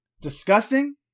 disgusting